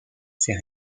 ces